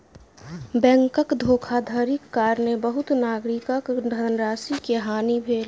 बैंकक धोखाधड़ीक कारणेँ बहुत नागरिकक धनराशि के हानि भेल